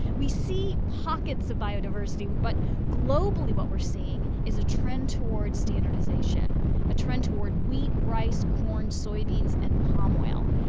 we see pockets of biodiversity, but globally what we're seeing is a trend toward standardization a trend toward wheat, rice, corn, soybeans and palm oil.